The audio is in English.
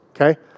okay